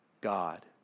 God